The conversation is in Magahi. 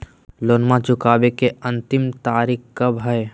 लोनमा चुकबे के अंतिम तारीख कब हय?